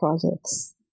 projects